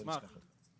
נשמח.